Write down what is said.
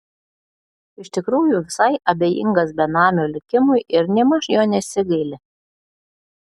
iš tikrųjų visai abejingas benamio likimui ir nėmaž jo nesigaili